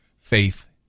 faith